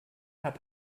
hat